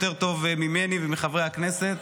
יותר טובה ממני ומחברי הכנסת.